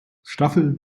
staffel